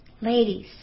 Ladies